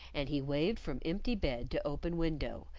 and he waved from empty bed to open window,